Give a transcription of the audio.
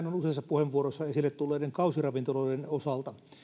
on erityisesti useissa puheenvuoroissa esille tulleiden kausiravintoloiden osalta